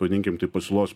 vadinkim taip pasiūlos